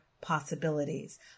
possibilities